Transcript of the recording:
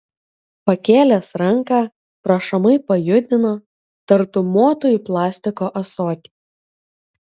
pakėlęs ranką prašomai pajudino tartum motų į plastiko ąsotį